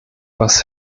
was